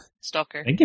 stalker